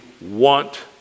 want